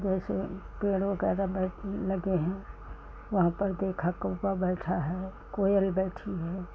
जैसे पेड़ों का बदर लगे हैं वहाँ पर देखा कौआ बैठा है कोयल बैठी है